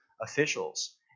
officials